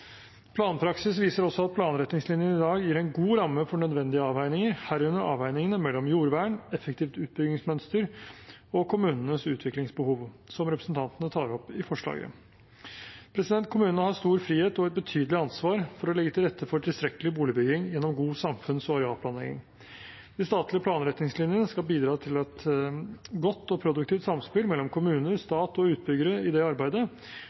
Planpraksis viser også at planretningslinjene i dag gir en god ramme for nødvendige avveininger, herunder avveiningene mellom jordvern, effektivt utbyggingsmønster og kommunenes utviklingsbehov, som representantene tar opp i forslaget. Kommunene har stor frihet og et betydelig ansvar for å legge til rette for tilstrekkelig boligbygging gjennom god samfunns- og arealplanlegging. De statlige planretningslinjene skal bidra til et godt og produktivt samspill mellom kommuner, stat og utbyggere i det arbeidet,